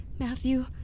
Matthew